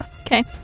Okay